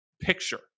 picture